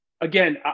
again